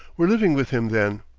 were living with him then.